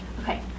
Okay